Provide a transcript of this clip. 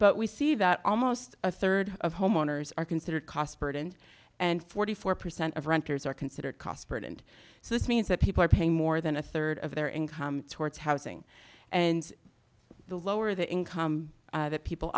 but we see that almost a third of homeowners are considered cost burden and forty four percent of renters are considered cost for it and so this means that people are paying more than a third of their income towards housing and the lower the income that people